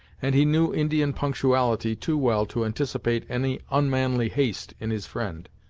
and he knew indian punctuality too well to anticipate any unmanly haste in his friend.